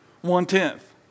one-tenth